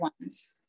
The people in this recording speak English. ones